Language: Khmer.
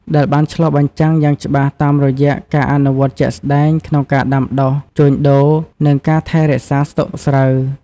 ដែលបានឆ្លុះបញ្ចាំងយ៉ាងច្បាស់តាមរយៈការអនុវត្តជាក់ស្ដែងក្នុងការដាំដុះ ជួញដូរ និងការថែរក្សាស្តុកស្រូវ។